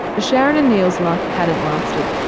sharon and neil's luck hadn't lasted,